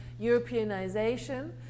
Europeanization